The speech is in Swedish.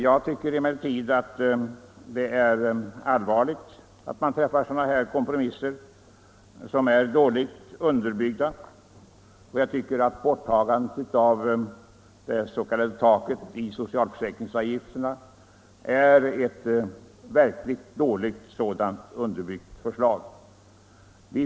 Jag tycker emellertid det är allvarligt att uppgörelser med så här dåligt underbyggda kompromisser träffas, och borttagandet av det s.k. taket för socialförsäkringsavgifterna är ett sådant verkligt dåligt underbyggt förslag.